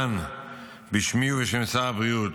בשמי ובשם שר הבריאות